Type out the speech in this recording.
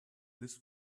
this